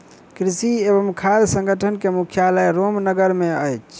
कृषि एवं खाद्य संगठन के मुख्यालय रोम नगर मे अछि